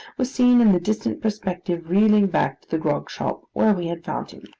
was seen in the distant perspective reeling back to the grog-shop where we had found him.